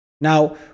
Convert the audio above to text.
now